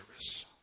service